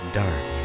dark